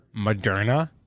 Moderna